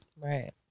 right